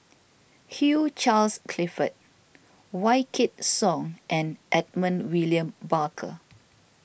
Hugh Charles Clifford Wykidd Song and Edmund William Barker